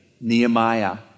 Nehemiah